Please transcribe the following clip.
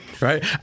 right